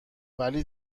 ولی